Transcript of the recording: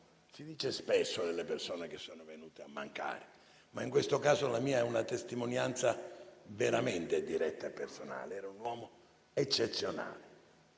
si dice spesso delle persone che sono venute a mancare, ma in questo caso la mia è una testimonianza veramente diretta e personale - eccezionale,